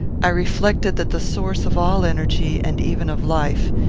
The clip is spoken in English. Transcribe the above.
i reflected that the source of all energy, and even of life,